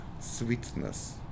sweetness